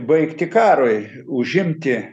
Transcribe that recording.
baigti karui užimti